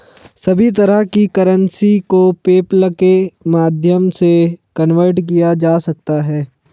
सभी तरह की करेंसी को पेपल्के माध्यम से कन्वर्ट किया जा सकता है